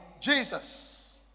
Jesus